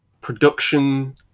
production